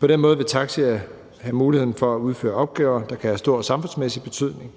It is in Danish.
På den måde vil taxier have muligheden for at udføre opgaver, der kan have stor samfundsmæssig betydning,